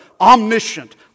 omniscient